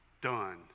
Done